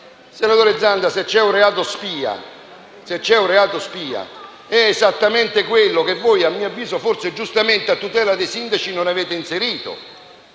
senatore Zanda, se c'è un reato spia, è esattamente quello che voi - a mio avviso, forse giustamente - a tutela dei sindaci non avete inserito,